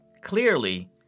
Clearly